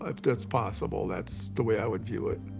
if that's possible. that's the way i would view it.